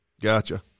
Gotcha